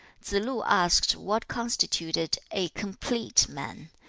tsze-lu asked what constituted a complete man.